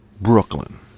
Brooklyn